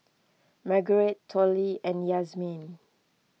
Margurite Tollie and Yazmin